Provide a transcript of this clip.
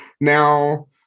Now